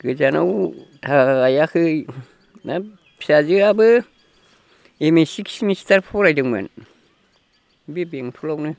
गोजानाव थायाखै फिसाजोआबो बि ए स्किस सेमिस्टार फरायदोंमोन बे बेंथलावनो